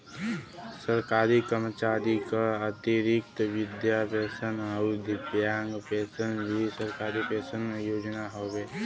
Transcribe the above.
सरकारी कर्मचारी क अतिरिक्त वृद्धा पेंशन आउर दिव्यांग पेंशन भी सरकारी पेंशन क योजना हउवे